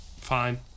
Fine